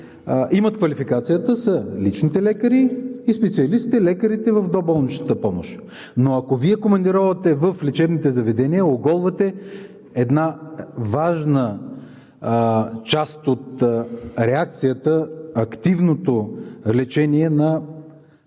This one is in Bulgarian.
имат квалификацията, са личните лекари и специалистите – лекарите в доболничната помощ, но ако Вие командировате в лечебните заведения, оголвате една важна част от реакцията – активното лечение на